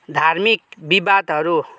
धार्मिक विवादहरू